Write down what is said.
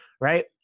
right